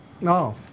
No